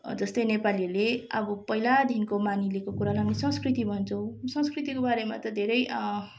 जस्तै नेपालीले अब पहिलादेखिको मानिलिएको कुरालाई हामी संस्कृति भन्छौँ संस्कृतिको बारेमा त धेरै